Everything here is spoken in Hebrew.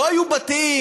לא היו בתים